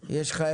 יש לך תחמושת?